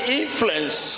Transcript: influence